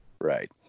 right